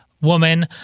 woman